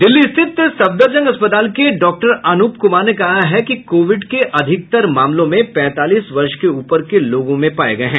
दिल्ली स्थित के सफदरजंग अस्पताल के डॉक्टर अनूप कुमार ने कहा है कि कोविड के अधिकतर मामले पैंतालीस वर्ष के ऊपर के लोगों में पाये गये हैं